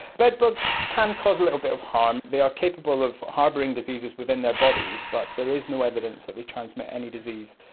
bedbugs can cause a little bit of harm, they are capable of harbouring diseases within their bodies, but there is no evidence that they transmit any disease.